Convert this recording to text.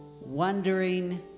wondering